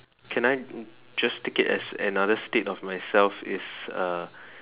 can I just take it as another state of myself is uh